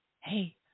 hey